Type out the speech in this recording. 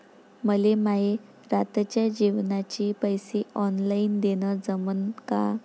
मले माये रातच्या जेवाचे पैसे ऑनलाईन देणं जमन का?